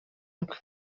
rwe